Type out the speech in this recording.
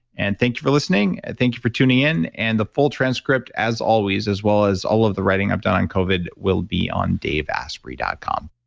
and thank you for listening. thank you for tuning in, and the full transcript as always, as well as all of the writing i've done on covid will be on daveasprey dot com.